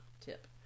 tip